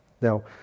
Now